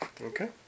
Okay